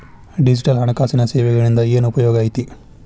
digital ಹಣಕಾಸಿನ ಸೇವೆಗಳಿಂದ ಏನ್ ಉಪಯೋಗೈತಿ